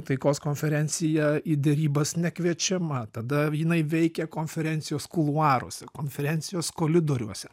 taikos konferencija į derybas nekviečiama tada jinai veikia konferencijos kuluaruose konferencijos koridoriuose